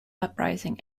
uprising